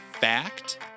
Fact